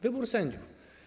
Wybór sędziów.